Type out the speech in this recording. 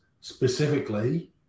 specifically